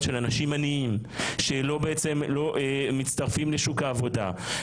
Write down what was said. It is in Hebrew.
של אנשים עניים שלא מצטרפים לשוק העבודה.